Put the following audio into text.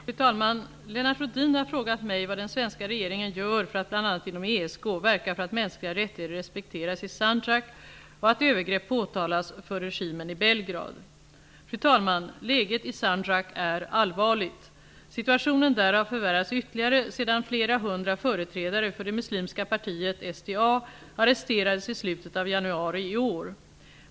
Fru talman! Lennart Rohdin har frågat mig vad den svenska regeringen gör för att bl.a. inom ESK verka för att mänskliga rättigheter respekteras i Sandjak och att övergrepp påtalas för regimen i Belgrad. Fru talman! Läget i Sandjak är allvarligt. Situationen där har förvärrats ytterligare sedan flera hundra företrädare för det muslimska partiet SDA arresterades i slutet av januari i år.